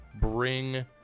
bring